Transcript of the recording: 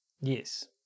Yes